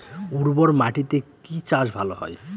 উর্বর মাটিতে কি চাষ ভালো হয়?